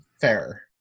Fair